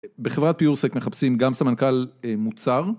בחברת פיורסק מחפשים גם סמנכ"ל מוצר